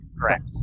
correct